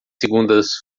segundas